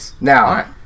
Now